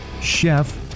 Chef